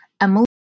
Emily